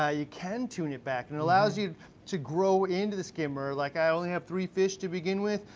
ah you can tune it back, and it allows you to grow into the skimmer. like i only have three fish to begin with,